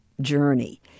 journey